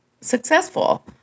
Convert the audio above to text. successful